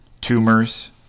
tumors